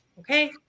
okay